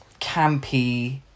campy